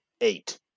eight